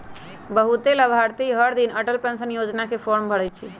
बहुते लाभार्थी हरदिन अटल पेंशन योजना के फॉर्म भरई छई